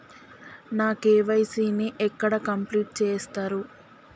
నా కే.వై.సీ ని ఎక్కడ కంప్లీట్ చేస్తరు?